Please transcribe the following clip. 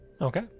okay